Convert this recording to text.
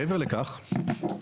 מעבר לכך,